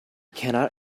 cannot